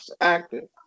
active